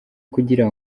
kugira